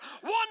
one